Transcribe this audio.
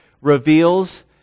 reveals